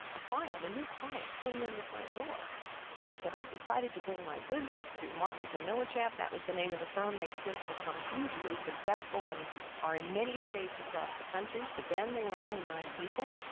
a client, a new client came in the front door and he said, i've decided to bring my business to marcus and millichap. ah that was the name of the firm they've since become hugely successful and are in many states across the country, but then they were only nine people.